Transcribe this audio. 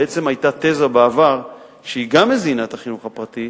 בעצם היתה תזה בעבר, שגם הזינה את החינוך הפרטי,